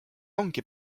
ongi